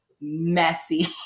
messy